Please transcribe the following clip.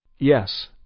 Yes